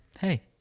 hey